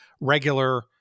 regular